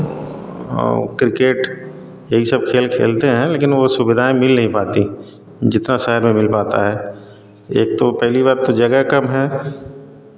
और किर्केट यही सब खेल खेलते हैं लेकिन वे सुविधाएँ मिल नहीं पाती जितना शहर में मिल पाता है एक तो पहली बात तो जगह कम है